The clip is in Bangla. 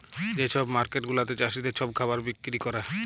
যে ছব মার্কেট গুলাতে চাষীদের ছব খাবার বিক্কিরি ক্যরে